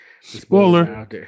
spoiler